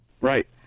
right